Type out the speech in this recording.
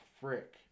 frick